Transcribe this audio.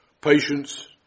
patience